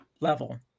level